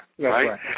Right